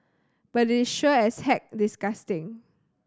but it is sure as heck disgusting